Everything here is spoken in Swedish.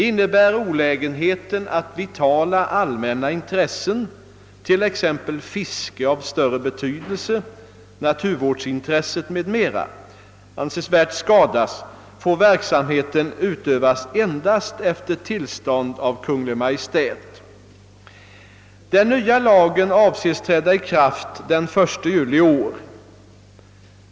Innebär olägenheten att vitala allmänna intressen — t.ex. fiske av större betydelse, naturvårdsintresse m.m. — avsevärt skadas, får verksamheten utövas endast efter tillstånd av Kungl. Maj:t. Den nya lagen avses träda i kraft den 1 juli i år.